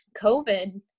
COVID